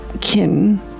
kin